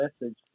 message